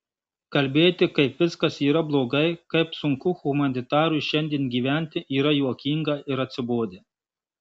kalbėti kaip viskas yra blogai kaip sunku humanitarui šiandien gyventi yra juokinga ir atsibodę